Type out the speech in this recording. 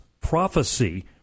prophecy